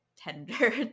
tender